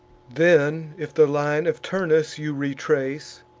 then, if the line of turnus you retrace,